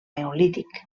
neolític